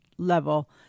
Level